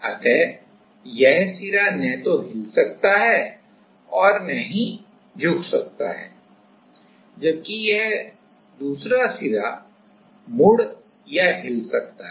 अतः यह सिरा न तो हिल सकता है और न ही झुक सकता है जबकि यह दूसरा सिरा मुड़ या हिल सकता है